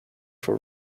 for